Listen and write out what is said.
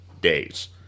days